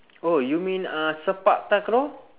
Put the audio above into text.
oh you mean uh sepak takraw